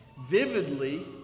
vividly